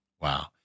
Wow